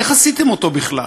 איך עשיתם אותו בכלל?